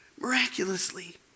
miraculously